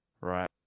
Right